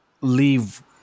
leave